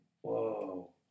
Whoa